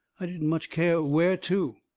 i didn't much care where to.